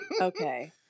okay